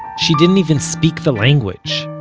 she didn't even speak the language.